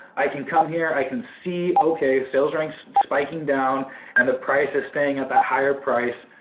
i can come here, i can see okay sales ranks spiking down and the price is staying at that higher price,